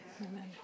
Amen